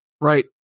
right